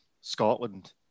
Scotland